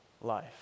life